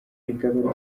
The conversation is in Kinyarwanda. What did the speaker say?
rikaba